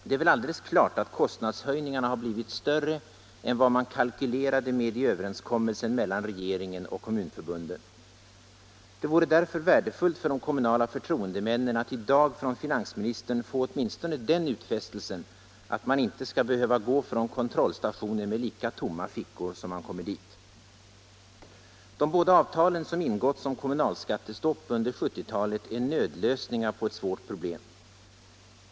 Det är väl alldeles klart att kostnadshöjningarna har blivit större än vad man kalkylerade med i överenskommelsen mellan regeringen och kommunförbunden. Det vore därför värdefullt för de kommunala förtroendemännen att i dag från finansministern få åtminstone den utfästelsen att man inte skall behöva gå från kontrollstationen med lika tomma fickor som när man kommer dit. De båda avtalen som ingåtts om kommunalskattestopp under 1970-talet är nödlösningar på ett svårt problem.